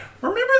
remember